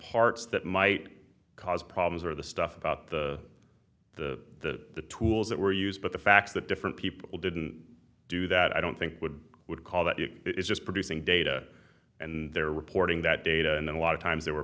parts that might cause problems or the stuff about the the the tools that were used but the fact that different people didn't do that i don't think would would call that it's just producing data and they're reporting that data and then a lot of times they were